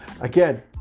Again